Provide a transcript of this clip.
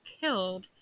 killed